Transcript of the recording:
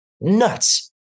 nuts